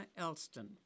Elston